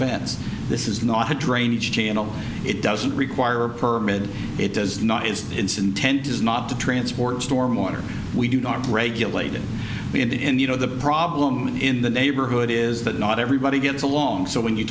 vents this is not a drainage channel it doesn't require a permit it does not as instant tent is not to transport storm water we do not regulated in the end you know the problem in the neighborhood is that not everybody gets along so when you